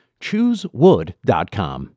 Choosewood.com